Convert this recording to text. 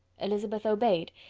elizabeth obeyed,